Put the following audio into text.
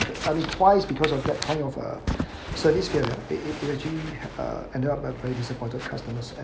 I've been twice because of that kind of uh service that you've paid it to actually uh ended up at very disappointed customers